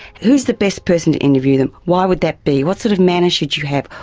who's the best person to interview them, why would that be, what sort of manner should you have?